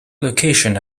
location